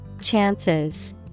Chances